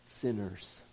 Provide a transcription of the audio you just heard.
sinners